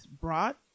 brought